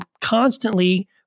constantly